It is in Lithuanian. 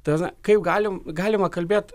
ta prasme kaip galim galima kalbėt